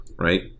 right